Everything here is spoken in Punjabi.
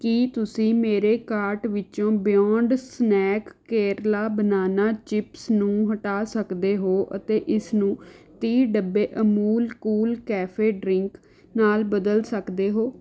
ਕੀ ਤੁਸੀਂ ਮੇਰੇ ਕਾਰਟ ਵਿਚੋਂ Beyond Snack Kerala banana chips ਨੂੰ ਹਟਾ ਸਕਦੇ ਹੋ ਅਤੇ ਇਸਨੂੰ ਤੀਹ ਡੱਬੇ ਅਮੂਲ ਕੂਲ ਕੈਫੇ ਡਰਿੰਕ ਨਾਲ ਬਦਲ ਸਕਦੇ ਹੋ